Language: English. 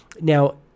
Now